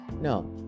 no